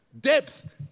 depth